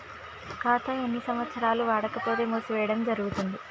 ఖాతా ఎన్ని సంవత్సరాలు వాడకపోతే మూసివేయడం జరుగుతుంది?